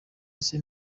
ese